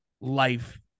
life